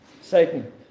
Satan